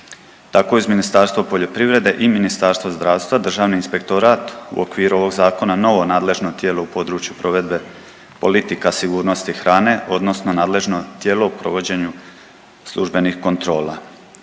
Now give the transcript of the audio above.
Tako … Ministarstva poljoprivrede i Ministarstvo zdravstva, Državni inspektorat u okviru ovog zakona novo nadležno tijelo u području provedbe politika sigurnosti hrane odnosno nadležno tijelo u provođenju službenih kontrola.